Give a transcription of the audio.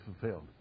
fulfilled